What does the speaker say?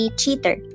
cheater